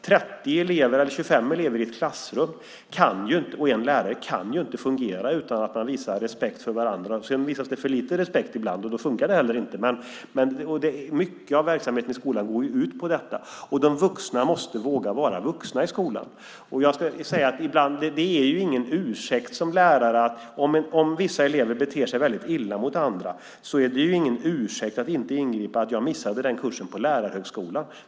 30 elever eller 25 elever och en lärare i ett klassrum kan inte fungera utan att man visar respekt för varandra. Sedan visas det för lite respekt ibland. Då funkar det heller inte. Men mycket av verksamheten i skolan går ju ut på detta. Och de vuxna måste våga vara vuxna i skolan. Om vissa elever beter sig väldigt illa mot andra är det ingen ursäkt för läraren att inte ingripa att läraren missade den kursen på lärarhögskolan.